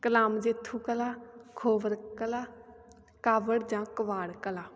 ਕਲਾਮ ਜੇਥੂ ਕਲਾ ਖੋਵਰ ਕਲਾ ਕਾਵੜ ਜਾਂ ਕਵਾੜ ਕਲਾ